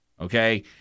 Okay